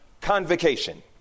convocation